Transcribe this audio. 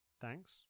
thanks